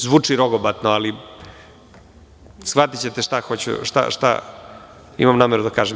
Zvuči rogobatno, ali shvatićete šta imam nameru da kažem.